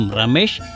Ramesh